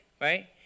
right